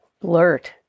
blurt